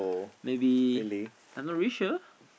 maybe I'm not really sure